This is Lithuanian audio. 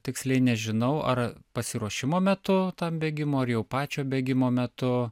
tiksliai nežinau ar pasiruošimo metu tam bėgimo ir jau pačio bėgimo metu